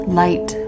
light